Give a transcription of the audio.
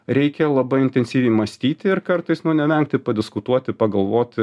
reikia labai intensyviai mąstyti ir kartais nu nevengti padiskutuoti pagalvoti